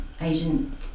agent